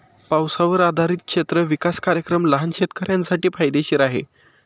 पावसावर आधारित क्षेत्र विकास कार्यक्रम लहान शेतकऱ्यांसाठी फायदेशीर आहे